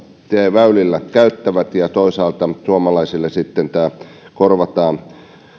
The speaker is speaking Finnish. väyliä käyttävät ja toisaalta suomalaisille sitten tämä korvataan